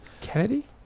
Kennedy